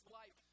life